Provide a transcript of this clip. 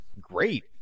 great